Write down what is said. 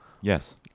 Yes